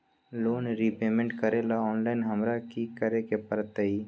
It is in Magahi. लोन रिपेमेंट करेला ऑनलाइन हमरा की करे के परतई?